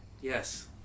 yes